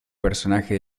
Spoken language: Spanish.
personaje